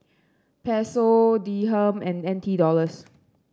Peso Dirham and N T Dollars